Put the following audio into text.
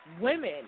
women